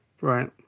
Right